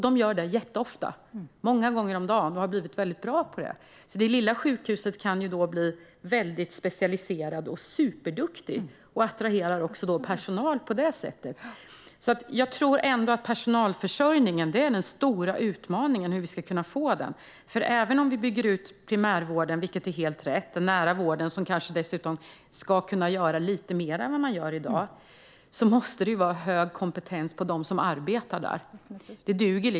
De gör dessa ofta, många gånger om dagen, och har blivit väldigt bra på det. Det lilla sjukhuset kan bli mycket specialiserat och superduktigt och på det sättet attrahera personal. Personalförsörjningen - hur vi ska kunna få det - är den stora utmaningen. Även om vi bygger ut primärvården, vilket är helt rätt - den nära vården ska kanske dessutom kunna göra lite mer än i dag - måste det vara hög kompetens hos dem som arbetar där.